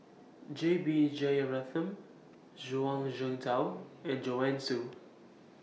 J B Jeyaretnam Zhuang Shengtao and Joanne Soo